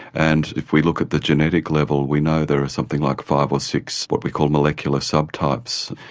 and if we look at the genetic level we know there are something like five or six what we call molecular subtypes,